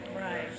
Right